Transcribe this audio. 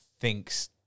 thinks